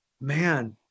man